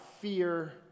fear